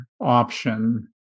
option